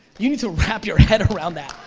you need to wrap your head around that.